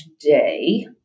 today